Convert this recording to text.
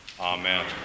Amen